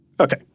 Okay